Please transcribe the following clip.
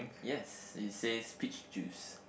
yes it says peach juice